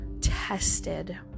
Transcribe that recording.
tested